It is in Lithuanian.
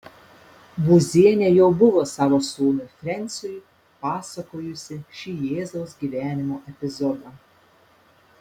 būzienė jau buvo savo sūnui frensiui pasakojusi šį jėzaus gyvenimo epizodą